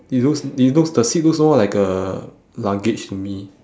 it looks it looks the seat looks more like a luggage to me